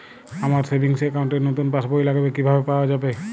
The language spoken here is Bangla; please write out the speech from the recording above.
আমার সেভিংস অ্যাকাউন্ট র নতুন পাসবই লাগবে, কিভাবে পাওয়া যাবে?